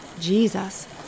Jesus